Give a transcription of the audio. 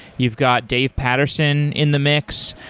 you've got dave petterson in the mix.